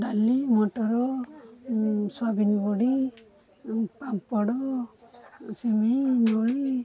ଡାଲି ମଟର ସୋୟାବିନ୍ ବଡ଼ି ପାମ୍ପଡ଼ ସିମେଇଁ ନଳୀ